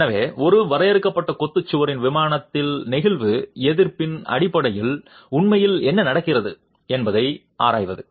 எனவே ஒரு வரையறுக்கப்பட்ட கொத்து சுவரின் விமானத்தில் நெகிழ்வு எதிர்ப்பின் அடிப்படையில் உண்மையில் என்ன நடக்கிறது என்பதை ஆராய்வது